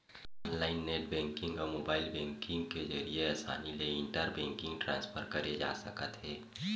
online net banking अउ mobile banking के जरिए असानी ले इंटर बेंकिंग ट्रांसफर करे जा सकत हे